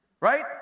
Right